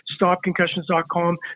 StopConcussions.com